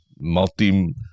multi